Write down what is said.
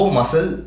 muscle